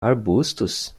arbustos